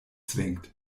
zwingt